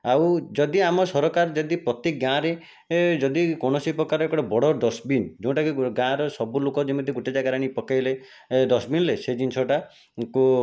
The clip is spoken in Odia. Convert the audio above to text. ଆଉ ଯଦି ଆମ ସରକାର ଯଦି ପ୍ରତି ଗାଁରେ ଯଦି କୌଣସି ପ୍ରକାରେ ଗୋଟିଏ ବଡ଼ ଡଷ୍ଟବିନ୍ ଯେଉଁଟାକି ଗାଁର ସବୁ ଲୋକ ଯେମିତି ଗୋଟିଏ ଜାଗାରେ ଆଣି ପକାଇଲେ ଡଷ୍ଟବିନ୍ରେ ସେ ଜିନିଷଟାକୁ